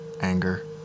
anger